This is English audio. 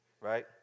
Right